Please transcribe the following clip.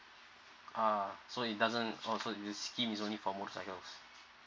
uh so it doesn't orh so the scheme is only for motorcycles